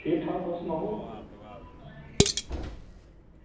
ठीक ठाक तुस सनाओ